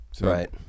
Right